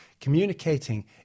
Communicating